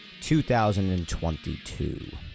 2022